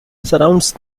surrounds